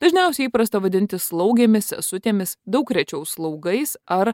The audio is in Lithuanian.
dažniausiai įprasta vadinti slaugėmis sesutėmis daug rečiau slaugais ar